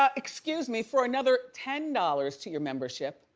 um excuse me for another ten dollars to your membership,